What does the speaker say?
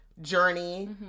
Journey